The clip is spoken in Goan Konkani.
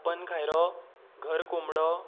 खपन खायरो घर कोंबडो